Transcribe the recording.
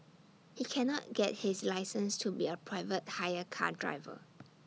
he cannot get his license to be A private hire car driver